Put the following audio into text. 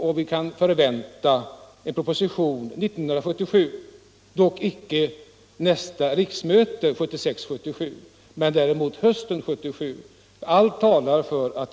och vi kan förvänta en proposition, inte under riksmötet 1976/77 men under hösten 1977. Allt talar för det.